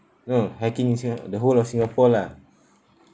no hiking in singa~ the whole of singapore lah